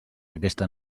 aquesta